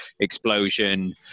explosion